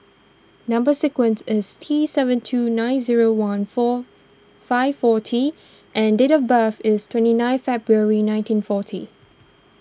Number Sequence is T seven two nine zero one four five four T and date of birth is twenty nine February nineteen forty